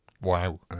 Wow